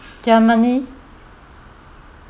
germany